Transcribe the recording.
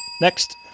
Next